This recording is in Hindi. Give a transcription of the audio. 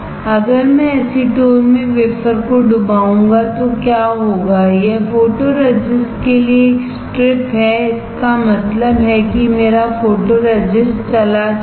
अगर मैं एसीटोन में वेफर को डुबाऊंगा तो क्या होगा यह फोटोरेसिस्टके लिए एक स्ट्रिप है इसका मतलब है कि मेरा फोटोरेसिस्टचला जाएगा